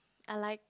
I like